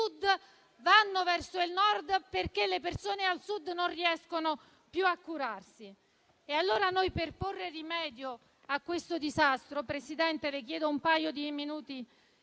vanno verso il Nord, perché le persone al Sud non riescono più a curarsi. Per porre rimedio a questo disastro - Presidente, le chiedo un paio di minuti